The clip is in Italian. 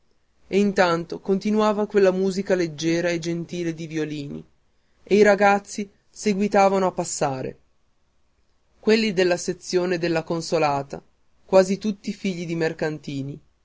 e intanto continuava quella musica leggiera e gentile di violini e i ragazzi seguitavano a passare quelli della sezione della consolata quasi tutti figli di mercatini